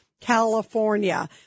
California